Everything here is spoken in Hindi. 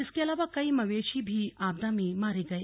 इसके अलावा कई मवेशी भी आपदा में मारे गए